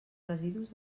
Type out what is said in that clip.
residus